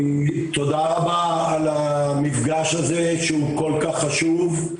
תודה רבה על המפגש הזה שהוא כל כך חשוב.